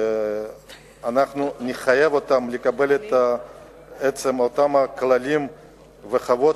אנחנו נחייב אותם בקיום הכללים והחובות